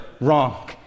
Wrong